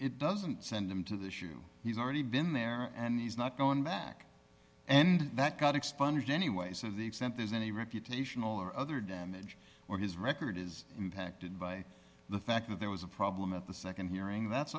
it doesn't send him to the shoe he's already been there and he's not going back and that got expunged anyways of the extent there's any reputational or other damage or his record is impacted by the fact that there was a problem at the nd hearing that's